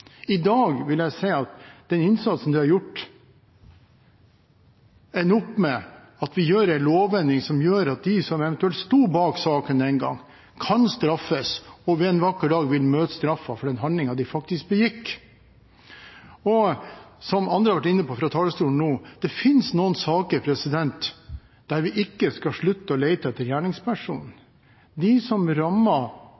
gjør at de som sto bak den gangen, kan straffes og en vakker dag vil kunne møte straffen for handlingen de faktisk begikk. Som andre har vært inne på fra talerstolen, finnes det noen saker der vi ikke skal slutte å lete etter gjerningspersoner. De som